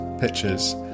pictures